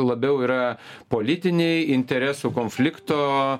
labiau yra politiniai interesų konflikto